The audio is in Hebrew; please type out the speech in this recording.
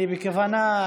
אני בכוונה,